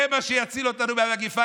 זה מה שיציל אותנו מהמגפה,